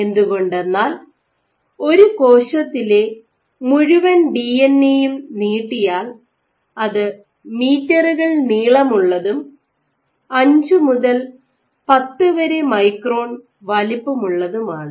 എന്തുകൊണ്ടെന്നാൽ ഒരു കോശത്തിലെ മുഴുവൻ ഡിഎൻഎ യും നീട്ടിയാൽ അത് മീറ്ററുകൾ നീളമുള്ളതും 5 മുതൽ 10 വരെ മൈക്രോൺ വലിപ്പമുള്ളതുമാണ്